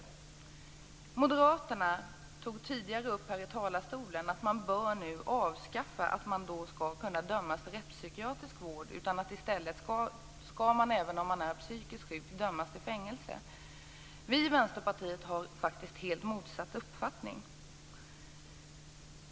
Från Moderaterna sades det tidigare i denna talarstol att möjligheten att dömas till rättspsykiatrisk vård bör avskaffas. I stället skall man, även om man är psykiskt sjuk, dömas till fängelse. Vi i Vänsterpartiet har faktiskt helt motsatt uppfattning.